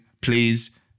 please